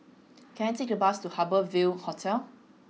can I take a bus to Harbour Ville Hotel